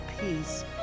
peace